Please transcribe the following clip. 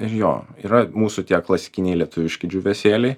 ir jo yra mūsų tie klasikiniai lietuviški džiūvėsėliai